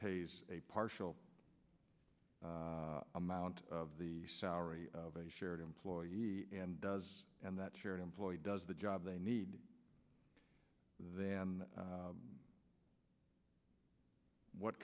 pays a partial amount of the salary of a shared employee and does and that share an employee does the job they need then what